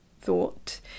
thought